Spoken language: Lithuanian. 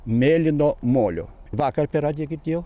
mėlyno molio vakar per radiją girdėjau